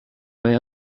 way